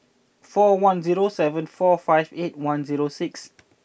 four one zero seven four five eight one zero six